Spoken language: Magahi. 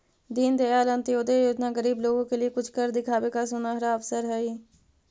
दीनदयाल अंत्योदय योजना गरीब लोगों के लिए कुछ कर दिखावे का सुनहरा अवसर हई